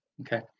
okay